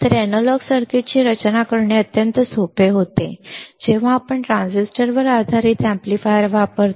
तर अॅनालॉग सर्किटची रचना करणे अत्यंत सोपे होते जेव्हा आपण ट्रान्झिस्टरवर आधारित अॅम्प्लीफायर्स वापरतो